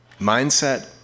mindset